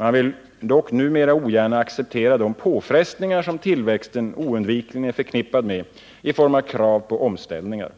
Man vill dock numera ogärna acceptera de påfrestningar som tillväxten oundvikligen är förknippad med i form av krav på omställningar.